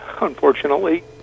unfortunately